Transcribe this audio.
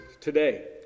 today